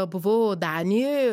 buvau danijoj